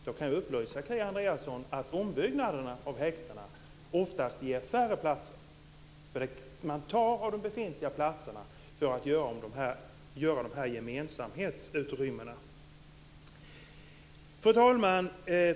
Jag kan upplysa Kia Andreasson om att ombyggnaderna av häkten oftast resulterar i färre platser. Man tar av de befintliga platserna för att inrätta gemensamhetsutrymmen. Fru talman!